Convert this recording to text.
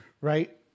right